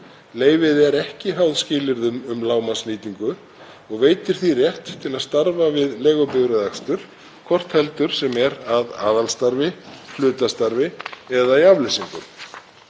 Leyfið er ekki háð skilyrðum um lágmarksnýtingu og veitir því rétt til að starfa við leigubifreiðaakstur, hvort heldur sem er að aðalstarfi, hlutastarfi eða í afleysingum.